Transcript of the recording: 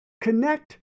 connect